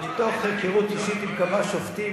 מתוך היכרות אישית עם כמה שופטים,